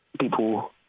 People